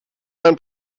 mein